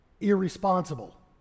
irresponsible